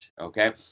Okay